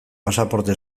pasaporte